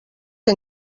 que